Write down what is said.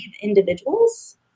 individuals